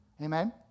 Amen